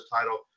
title